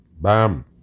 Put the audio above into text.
Bam